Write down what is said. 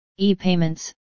ePayments